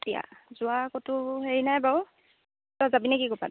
এতিয়া যোৱা ক'তো হেৰি নাই বাৰু তই যাবি নে কি ক'ৰবাত